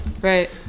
Right